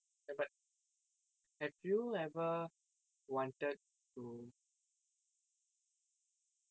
ya but have you ever wanted to